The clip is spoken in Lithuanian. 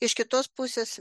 iš kitos pusės